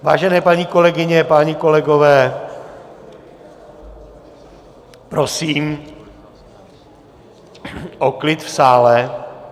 Vážené paní kolegyně, páni kolegové, prosím o klid v sále.